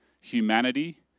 humanity